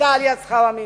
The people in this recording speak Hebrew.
היה עליית שכר המינימום.